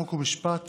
חוק ומשפט